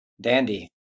Dandy